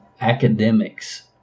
academics